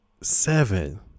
seven